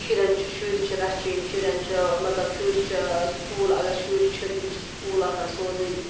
شُرٮ۪ن چھِ شُرۍ چھِ رَچھٕنۍ شُرٮ۪ن چھُ مطلب شُرۍ چھِ سکوٗل اَگر شُرۍ چھِ تِم چھِ سکوٗل آسان سوزٕنۍ